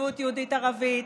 שותפות יהודית-ערבית,